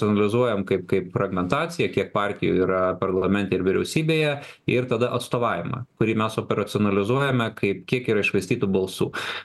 analizuojam kaip kaip fragmentaciją kiek partijų yra parlamente ir vyriausybėje ir tada atstovavimą kurį mes operacinalizuojame kaip kiek yra iššvaistytų balsų